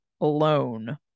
alone